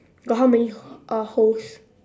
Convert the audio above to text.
got how many uh holes